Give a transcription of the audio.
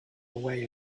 away